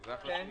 כן,